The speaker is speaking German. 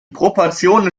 proportionen